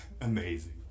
amazing